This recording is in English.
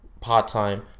part-time